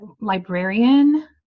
librarian